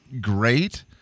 great